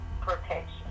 protection